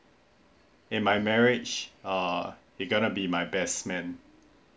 in my marriage uh he's gonna be my best man